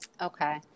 Okay